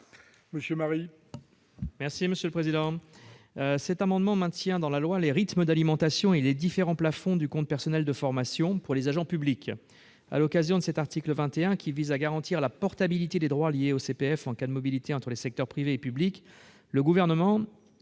monsieur le président.